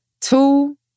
two